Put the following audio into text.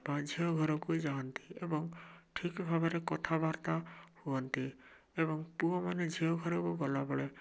ବା ଝିଅ ଘରକୁ ଯାଆନ୍ତି ଏବଂ ଠିକ୍ ଭାବରେ କଥାବାର୍ତ୍ତା ହୁଅନ୍ତି ଏବଂ ପୁଅମାନେ ଝିଅ ଘରକୁ ଗଲାବେଳେ